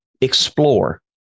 explore